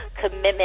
commitment